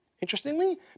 interestingly